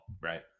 right